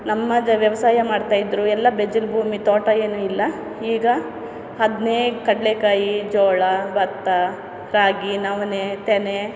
ನಮ್ಮ ಅಜ್ಜ ವ್ಯವಸಾಯ ಮಾಡ್ತಾಯಿದ್ರು ಎಲ್ಲ ಬೆಜಲ್ ಭೂಮಿ ತೋಟ ಏನೂ ಇಲ್ಲ ಈಗ ಅದನ್ನೇ ಕಡಲೆಕಾಯಿ ಜೋಳ ಭತ್ತ ರಾಗಿ ನವಣೆ ತೆನೆ